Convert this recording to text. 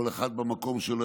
כל אחד במקום שלו,